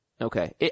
Okay